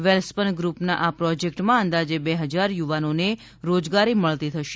વેલસ્પન ગ્રુપના આ પ્રોજેક્ટમાં અંદાજે બે હજાર યુવાનોને રોજગારી મળતી થશે